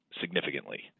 significantly